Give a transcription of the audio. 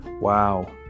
Wow